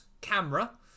camera